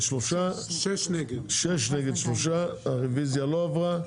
הצבעה 6 מול 3. הרביזיה לא עברה.